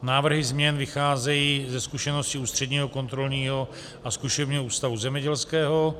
Návrhy změn vycházejí ze zkušeností Ústředního kontrolního a zkušebního ústavu zemědělského.